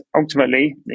ultimately